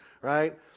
right